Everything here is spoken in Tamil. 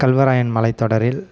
கல்வராயன் மலைத்தொடரில்